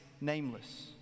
nameless